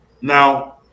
now